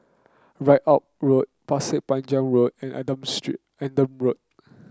Ridout Road Pasir Panjang Road and Adam Street Adam Road